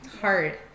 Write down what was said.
Hard